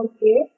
Okay